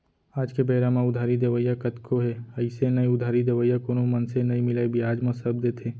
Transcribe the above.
आज के बेरा म उधारी देवइया कतको हे अइसे नइ उधारी देवइया कोनो मनसे नइ मिलय बियाज म सब देथे